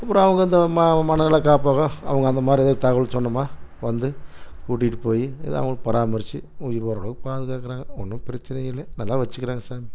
அப்பறம் அவங்க இந்த ம மனநல காப்பகம் அவங்க அந்த மாதிரி எதோ தகவல் சொன்னோமா வந்து கூட்டிட்டு போய் எதோ அவங்க பராமரித்து உயிர் போகிற வரைக்கும் பாதுகாக்கிறாங்க ஒன்றும் பிரச்சனை இல்லை நல்லா வச்சுக்கிறாங்க சாமி